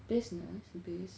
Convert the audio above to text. business base